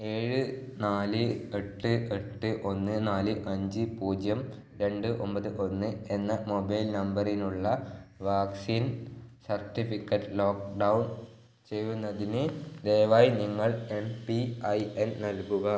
ഏഴ് നാല് എട്ട് എട്ട് ഒന്ന് നാല് അഞ്ച് പൂജ്യം രണ്ട് ഒമ്പത് ഒന്ന് എന്ന മൊബൈൽ നമ്പറിനുള്ള വാക്സിൻ സർട്ടിഫിക്കറ്റ് ലോക്ക്ഡൗൺ ചെയ്യുന്നതിന് ദയവായി നിങ്ങൾ എം പി ഐ എൻ നൽകുക